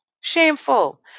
shameful